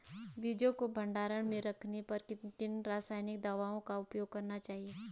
बीजों को भंडारण में रखने पर किन किन रासायनिक दावों का उपयोग करना चाहिए?